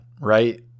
right